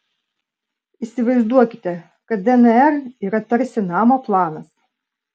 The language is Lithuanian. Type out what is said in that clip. įsivaizduokite kad dnr yra tarsi namo planas